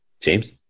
James